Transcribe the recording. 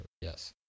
yes